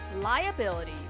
liability